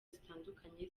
zitandukanye